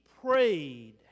prayed